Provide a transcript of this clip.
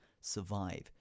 survive